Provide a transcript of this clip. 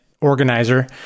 organizer